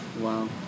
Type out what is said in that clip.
Wow